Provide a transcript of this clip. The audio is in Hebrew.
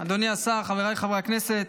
אדוני השר, חבריי חברי הכנסת,